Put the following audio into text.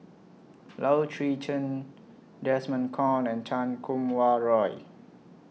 Low Swee Chen Desmond Kon and Chan Kum Wah Roy